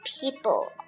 people